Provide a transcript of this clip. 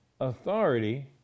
authority